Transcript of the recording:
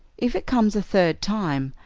if it comes a third time,